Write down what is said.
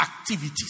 activities